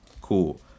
Cool